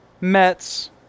Mets